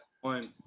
one